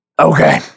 Okay